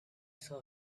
saw